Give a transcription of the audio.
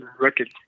record